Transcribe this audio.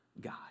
God